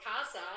CASA